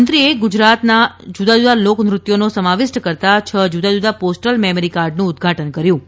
મંત્રીએ ગુજરાતના જૂદાજૂદા લોકનૃત્યોનો સમાવિષ્ટ કરતા છ જૂદાજૂદા પોસ્ટલ મેમેરી કાર્ડનું ઉદઘાટન કર્યુ હતુ